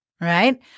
right